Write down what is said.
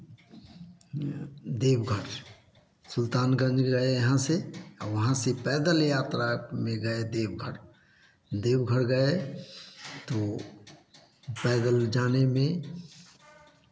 देवघर सुल्तानगंज गए यहाँ से और वहाँ से पैदल यात्रा में गए देवघर देवघर गए तो पैदल जाने में